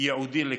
ייעודי לכך.